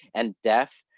and deaf,